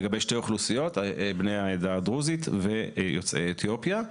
לגבי שתי האוכלוסיות בני העדה הדרוזית ויוצאי אתיופיה.